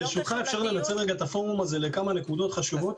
ברשותך אפשר רגע לנצל את הפורום הזה לכמה נקודות חשובות?